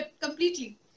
completely